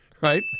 Right